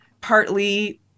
Partly